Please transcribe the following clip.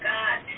God